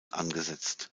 angesetzt